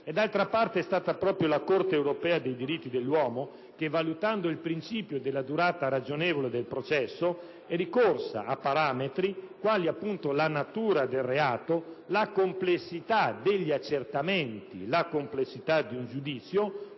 D'altra parte, è stata proprio la Corte europea dei diritti dell'uomo che, valutando il principio della durata ragionevole del processo, è ricorsa a parametri quali, appunto, la natura del reato, la complessità degli accertamenti, la complessità di un giudizio,